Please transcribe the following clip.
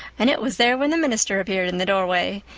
and it was there when the minister appeared in the doorway.